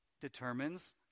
determines